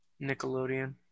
Nickelodeon